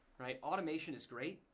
automation is great.